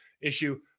issue